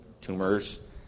tumors